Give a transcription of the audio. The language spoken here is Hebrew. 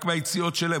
רק מהיציאות שלהם,